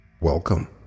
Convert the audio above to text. Welcome